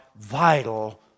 vital